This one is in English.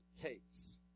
takes